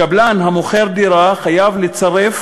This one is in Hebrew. קבלן המוכר דירה חייב לצרף